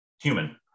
human